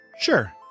Sure